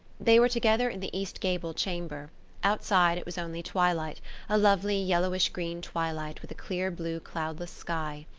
they were together in the east gable chamber outside it was only twilight a lovely yellowish-green twilight with a clear-blue cloudless sky.